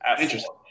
Interesting